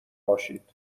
باشید